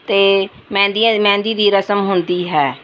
ਅਤੇ ਮਹਿੰਦੀਆਂ ਮਹਿੰਦੀ ਦੀ ਰਸਮ ਹੁੰਦੀ ਹੈ